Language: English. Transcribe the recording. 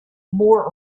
more